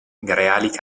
reali